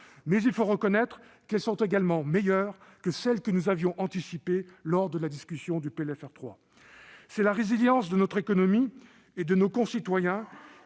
mais il faut reconnaître qu'elles sont meilleures que celles que nous avions anticipées lors de la discussion du PLFR 3. La résilience de notre économie et de nos concitoyens